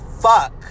fuck